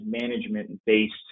management-based